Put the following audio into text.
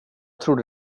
trodde